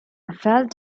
felt